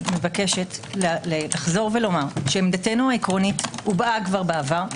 אחזור ואומר שעמדנו העקרונית הובעה בעבר,